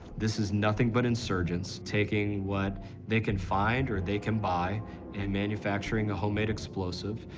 this is nothing but insurgents taking what they can find or they can buy and manufacturing a homemade explosive,